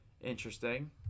interesting